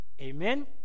Amen